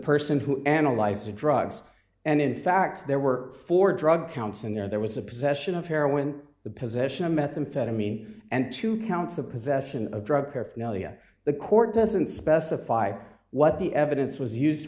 person who analyzed the drugs and in fact there were four drug counts and there was a possession of heroin the position of methamphetamine and two counts of possession of drug paraphernalia the court doesn't specify what the evidence was used